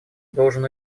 должен